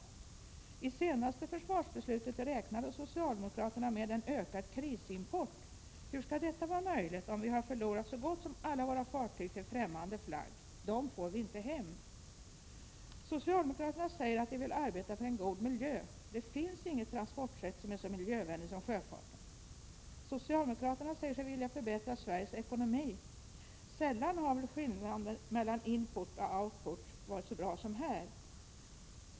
I det senaste försvarsbeslutet räknade socialdemokraterna med en ökad krisimport. Hur skall detta vara möjligt, om vi har förlorat så gott som alla våra fartyg till ftämmande flagg? Dem får vi inte hem. Socialdemokraterna säger att de vill arbeta för en god miljö. Det finns inget transportsätt som är så miljövänligt som sjöfarten. Socialdemokraterna säger sig vilja förbättra Sveriges ekonomi. Sällan har väl skillnaden mellan input och output varit så bra som här.